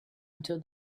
until